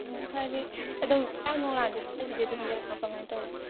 ꯎꯝ ꯍꯥꯏꯗꯤ ꯑꯗꯨꯝ ꯑꯗꯨꯝ ꯌꯥꯕ꯭ꯔꯥ ꯀꯃꯥꯏ ꯇꯧꯒꯦ